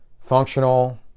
functional